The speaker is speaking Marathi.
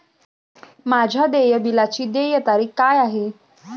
माझ्या देय बिलाची देय तारीख काय आहे?